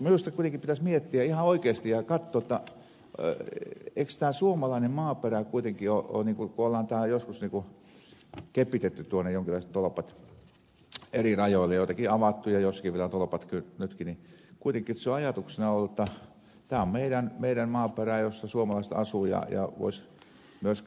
minusta kuitenkin pitäisi miettiä ihan oikeasti ja katsoa jotta eikö tämä suomalainen maaperä kuitenkin ole kun ollaan täällä joskus kepitetty tuonne jonkinlaiset tolpat eri rajoille joitakin avattu ja joissakin on vielä tolpat nytkin kuitenkin se on ajatuksena ollut jotta tämä on meidän maaperäämme missä suomalaiset asuvat ja voisivat myös